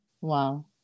Wow